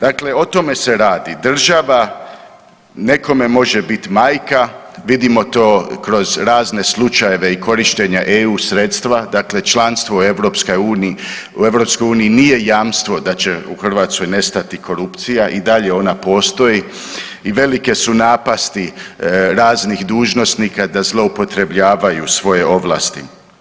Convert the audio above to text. Dakle, o tome se radi, država nekome može biti majka, vidimo to kroz razne slučajeve i korištenja eu sredstva, dakle članstvo u EU nije jamstvo da će u Hrvatskoj nestati korupcija i dalje ona postoji i velike su napasti raznih dužnosnika da zloupotrebljavaju svoje ovlasti.